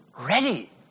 ready